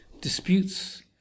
disputes